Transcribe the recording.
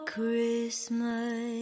Christmas